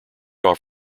off